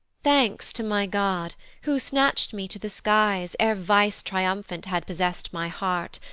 thanks to my god, who snatch'd me to the skies, e'er vice triumphant had possess'd my heart,